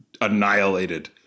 annihilated